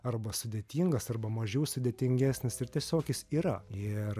arba sudėtingas arba mažiau sudėtingesnis ir tiesiog jis yra ir